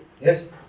Yes